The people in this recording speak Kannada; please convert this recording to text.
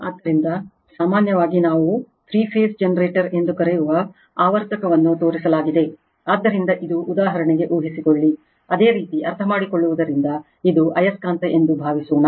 ಆದ್ದರಿಂದ ಸಾಮಾನ್ಯವಾಗಿ ನಾವು ತ್ರಿಫೇಸ್ ಜನರೇಟರ್ ಎಂದು ಕರೆಯುವ ಆವರ್ತಕವನ್ನು ತೋರಿಸಲಾಗಿದೆ ಆದ್ದರಿಂದ ಇದು ಉದಾಹರಣೆಗೆ ಊಹಿಸಿಕೊಳ್ಳಿ ಅದೇ ರೀತಿ ಅರ್ಥಮಾಡಿಕೊಳ್ಳುವುದರಿಂದ ಇದು ಆಯಸ್ಕಾಂತ ಎಂದು ಭಾವಿಸೋಣ